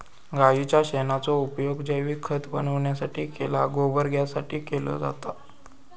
गाईच्या शेणाचो उपयोग जैविक खत बनवण्यासाठी आणि गोबर गॅससाठी केलो जाता